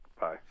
Bye